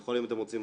יכול אם אתם רוצים,